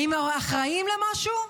האם הם אחראים למשהו?